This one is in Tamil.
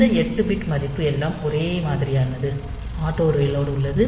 இந்த 8 பிட் மதிப்பு எல்லாம் ஒரே மாதிரியானது ஆட்டோ ரீலோட் உள்ளது